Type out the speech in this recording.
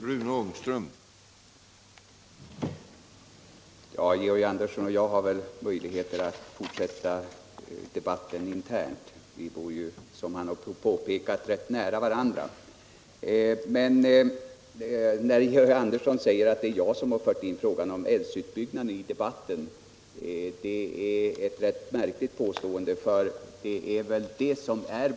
Herr talman! Georg Andersson och jag har väl möjligheter att fortsätta debatten internt — vi bor ju, som Georg Andersson också påpekade, rätt nära varandra. Men när Georg Andersson säger att det är jag som har fört in frågan om älvutbyggnaden i debatten, så är det ett rätt märkligt påstående.